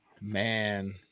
Man